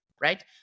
right